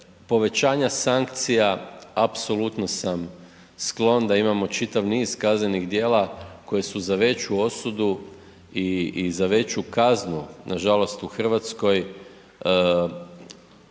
povećanja sankcija apsolutno sam sklon da imamo čitav niz kaznenih djela koje su za veću osudu i za veću kaznu, nažalost u RH,